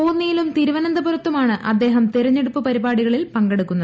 കോന്നിയിലും തിരുവനന്തപുരത്തുമാണ് അദ്ദേഹം തെരഞ്ഞെടുപ്പ് പരിപാടികളിൽ പങ്കെടുക്കുന്നത്